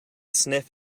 sniff